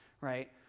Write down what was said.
right